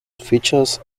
features